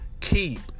Keep